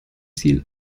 ziel